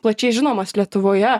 plačiai žinomas lietuvoje